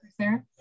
Sarah